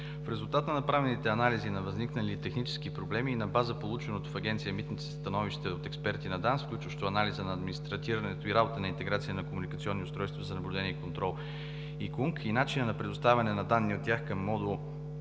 В резултат на направените анализи на възникнали технически проблеми и на база полученото в Агенция „Митници“ становище от експерти на ДАНС, включващо анализа на администрирането и работата на интегрирани комуникационни устройства за наблюдение и контрол (ИКУНК), и начина за предоставяне на данни от тях към модул